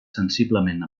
sensiblement